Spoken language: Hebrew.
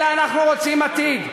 אלא אנחנו רוצים עתיד.